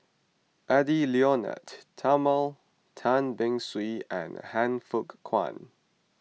Edwy Lyonet Talma Tan Beng Swee and Han Fook Kwang